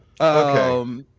Okay